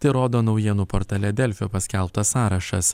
tai rodo naujienų portale delfi paskelbtas sąrašas